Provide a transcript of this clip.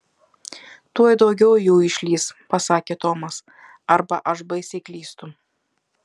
tuoj daugiau jų išlįs pasakė tomas arba aš baisiai klystu